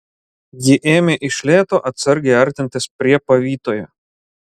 ji ėmė iš lėto atsargiai artintis prie pavytojo